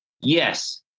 Yes